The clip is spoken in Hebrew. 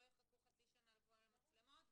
לא יחכו חצי שנה לבוא למצלמות,